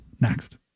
next